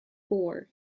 four